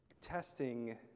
testing